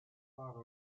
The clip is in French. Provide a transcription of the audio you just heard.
par